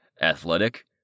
athletic